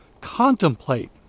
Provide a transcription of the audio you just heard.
contemplate